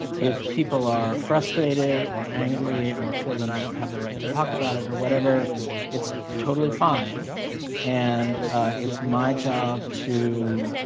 if people are frustrated or angry or feel that i don't have the right to talk about it or whatever it's totally fine and it's my job to